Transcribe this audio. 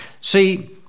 See